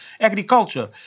agriculture